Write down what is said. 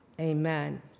Amen